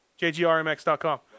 Jgrmx.com